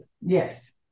Yes